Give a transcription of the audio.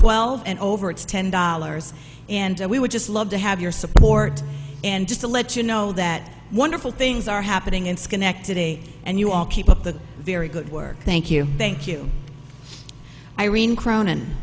twelve and over it's ten dollars and we would just love to have your support and just to let you know that wonderful things are happening in schenectady and you all keep up the very good work thank you thank you irene cron